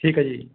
ਠੀਕ ਹੈ ਜੀ